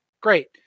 Great